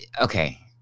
Okay